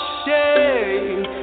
shame